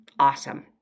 awesome